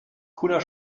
cooler